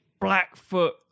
Blackfoot